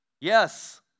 Yes